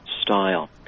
style